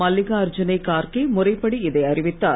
மல்லிகார்ஜுன கார்கே முறைப்படி இதை அறிவித்தார்